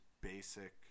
basic